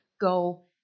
go